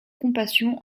compassion